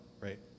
right